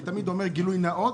אני תמיד אומר גילוי נאות,